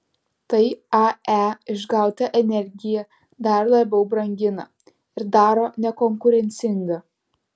tai ae išgautą energiją dar labiau brangina ir daro nekonkurencingą